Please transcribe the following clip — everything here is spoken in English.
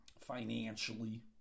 financially